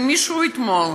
אם מישהו ראה אתמול